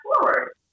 forward